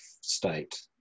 state